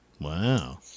Wow